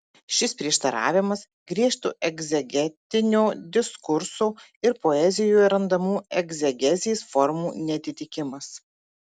šis prieštaravimas griežto egzegetinio diskurso ir poezijoje randamų egzegezės formų neatitikimas